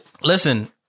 Listen